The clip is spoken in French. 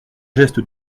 geste